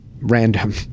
random